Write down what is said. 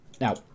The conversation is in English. Now